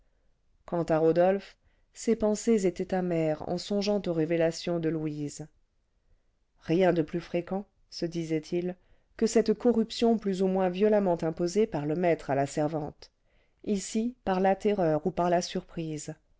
quant à rodolphe ses pensées étaient amères en songeant aux révélations de louise rien de plus fréquent se disait-il que cette corruption plus ou moins violemment imposée par le maître à la servante ici par la terreur ou par la surprise